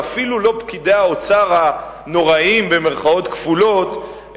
ואפילו לא פקידי האוצר "הנוראים" את הצגת